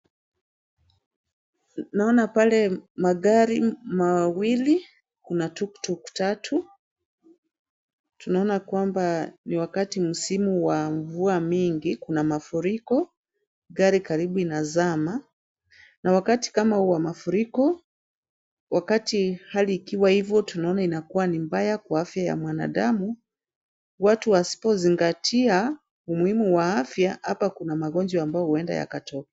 Naona pale magari mawili, kuna tuktuk tatu. Tunaona kwamba ni msimu wa mvua mingi kuna mafuriko, gari karibu inazama na wakati kama wa mafuriko, wakati hali ikiwa hivo tunaona inakuwa ni mbaya kwa afya ya mwanadamu, watu wasipozingatia umuhimu wa afya, hapa kuna magonjwa ambayo huenda yakatokea.